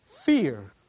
fear